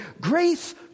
grace